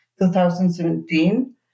2017